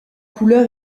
couleur